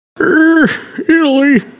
Italy